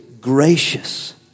gracious